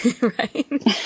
right